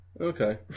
Okay